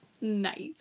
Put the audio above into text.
Nice